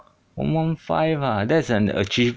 among five lah that's and achieve